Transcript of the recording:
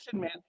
man